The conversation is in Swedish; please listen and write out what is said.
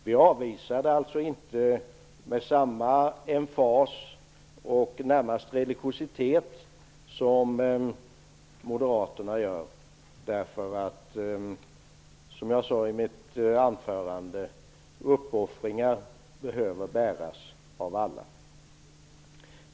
Vi avvisar alltså inte sådana med samma emfas och närmast religiositet som moderaterna. Som jag sade i mitt anförande behöver uppoffringar bäras av alla.